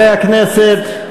חברי הכנסת,